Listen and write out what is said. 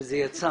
זה יצא